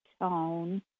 tone